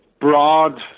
broad